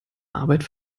arbeit